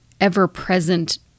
ever-present